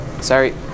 Sorry